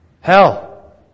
Hell